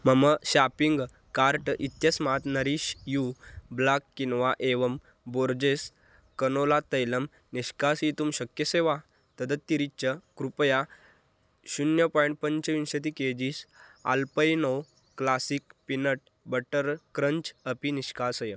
मम shopping cart इत्यस्मात् nourish you black quinoa एवं बोर्जेस् कनोला तैलं निष्कासयितुं शक्यसे वा तदतिरिच्य कृपया शून्यं पाय्ण्ट् पञ्चविंशति KGs Alpino classic peanut butter crunch अपि निष्कासय